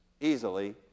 easily